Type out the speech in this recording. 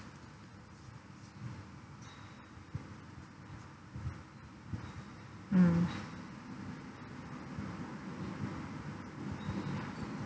mm